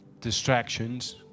Distractions